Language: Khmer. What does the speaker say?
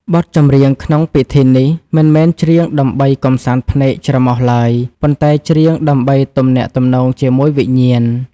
បទចម្រៀងក្នុងពិធីនេះ មិនមែនច្រៀងដើម្បីកម្សាន្តភ្នែកច្រមុះឡើយ ប៉ុន្តែច្រៀងដើម្បីទំនាក់ទំនងជាមួយវិញ្ញាណ។